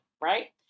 Right